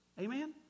Amen